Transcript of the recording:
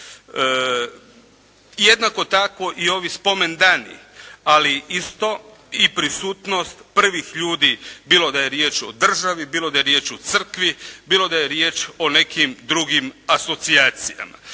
Jednako tako i ovi spomendani ali isto i prisutnost prvih ljudi bilo da je riječ o državi, bilo da je riječ o crkvi, bilo da je riječ o nekim drugim asocijacijama.